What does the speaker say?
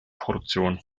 produktion